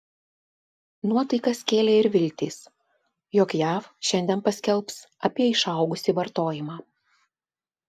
nuotaikas kėlė ir viltys jog jav šiandien paskelbs apie išaugusį vartojimą